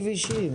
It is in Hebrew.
גם בכבישים.